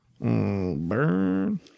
Burn